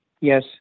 yes